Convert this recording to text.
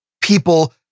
people